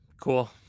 cool